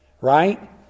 Right